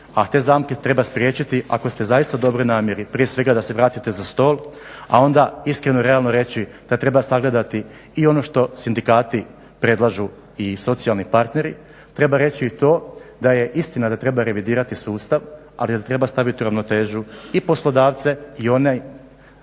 a te zamke treba spriječiti ako ste zaista u dobroj namjeri prije svega da se vratite za stol a onda iskreno i realno reći kad treba sagledati i ono što sindikati predlažu i socijalni parteri, treba reći i to da je istina da treba revidirati sustav ali da treba staviti u ravnotežu i poslodavce i one